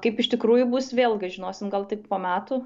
kaip iš tikrųjų bus vėlgi žinosim gal tik po metų